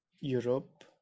Europe